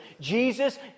Jesus